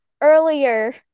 earlier